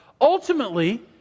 Ultimately